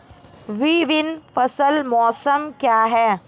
विभिन्न फसल मौसम क्या हैं?